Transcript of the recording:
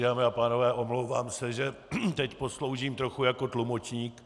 Dámy a pánové, omlouvám se, že teď posloužím jako tlumočník.